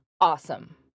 awesome